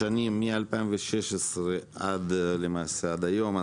בשנים מ-2016 עד היום,